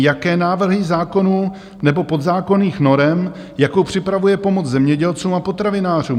Jaké návrhy zákonů nebo podzákonných norem, jakou připravuje pomoc zemědělcům a potravinářům?